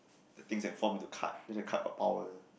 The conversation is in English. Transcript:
that things that form into card then the card got power